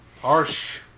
Harsh